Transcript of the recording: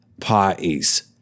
parties